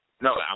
No